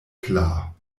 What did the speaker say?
klar